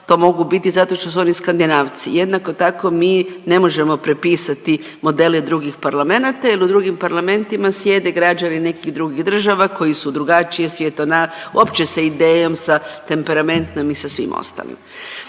to mogu biti zato što su oni skandinavci. Jednako tako mi ne možemo prepisati modele drugih parlamenata, jer u drugim parlamentima sjede građani nekih drugih država koji su drugačiji svjetona, uopće sa idejom, sa temperamentom i sa svim ostalim.